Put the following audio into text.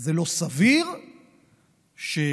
זה לא סביר שממשלה,